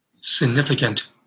significant